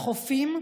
לחופים,